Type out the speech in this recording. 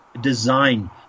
design